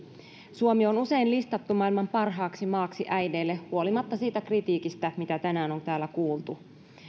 suomi on usein listattu maailman parhaaksi maaksi äideille huolimatta siitä kritiikistä mitä tänään on täällä kuultu